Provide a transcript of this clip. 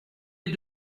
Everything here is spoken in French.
est